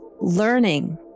learning